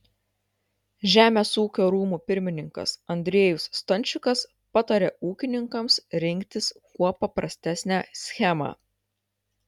žemės ūkio rūmų pirmininkas andriejus stančikas patarė ūkininkams rinktis kuo paprastesnę schemą